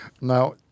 Now